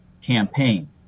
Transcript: campaign